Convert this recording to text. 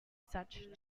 such